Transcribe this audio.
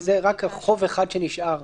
זה חוב אחד שנשאר.